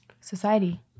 society